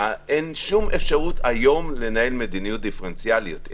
אין שום אפשרות לנהל היום מדיניות דיפרנציאלית.